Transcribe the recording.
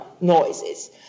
noises